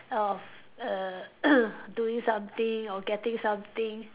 oh err doing something or getting something